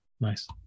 Nice